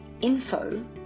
info